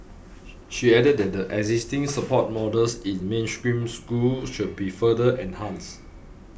she added that the existing support models in mainstream schools should be further enhanced